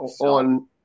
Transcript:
on